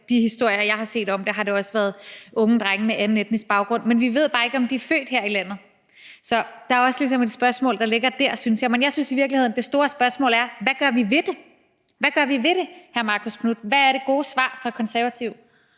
de historier, jeg har set om det, har det også været unge drenge med anden etnisk baggrund, men vi ved bare ikke, om de er født her i landet. Så der er også ligesom et spørgsmål, der ligger der, synes jeg. Men jeg synes i virkeligheden det store spørgsmål er: Hvad gør vi ved det? Hvad gør vi ved det, hr. Marcus Knuth? Hvad er det gode svar fra Konservative?